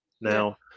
Now